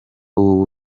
ubu